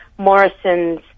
Morrison's